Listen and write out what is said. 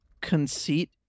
conceit